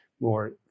more